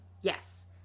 Yes